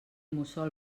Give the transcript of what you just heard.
mussol